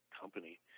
company